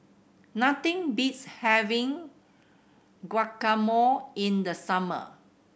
nothing beats having Guacamole in the summer